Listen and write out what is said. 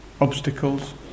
obstacles